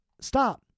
stop